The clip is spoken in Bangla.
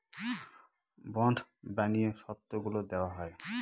বন্ড বানিয়ে শর্তগুলা দেওয়া হয়